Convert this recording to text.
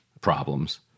problems